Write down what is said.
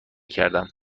کردم